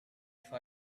for